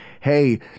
hey